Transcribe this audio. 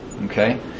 Okay